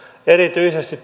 erityisesti